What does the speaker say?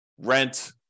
rent